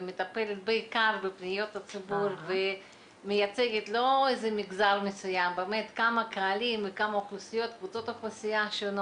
יש מלא פניות ציבור שלא ידעתי איך לתת מענה לכל האנשים האלה שפונים